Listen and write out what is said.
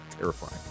terrifying